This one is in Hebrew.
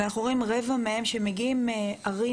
ואנחנו רואים רבע מהם שמגיעים מערים